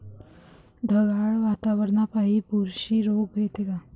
ढगाळ वातावरनापाई बुरशी रोग येते का?